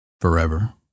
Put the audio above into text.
forever